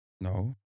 No